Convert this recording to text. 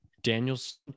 daniel's